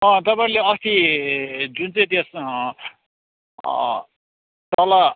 तपाईँहरूले अस्ति जुन चाहिँ त्यसमा तल